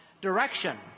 direction